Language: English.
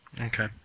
Okay